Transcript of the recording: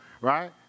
right